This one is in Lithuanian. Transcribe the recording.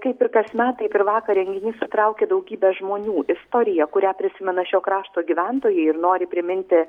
kaip ir kas met taip ir vakar renginys sutraukė daugybę žmonių istorija kurią prisimena šio krašto gyventojai nori priminti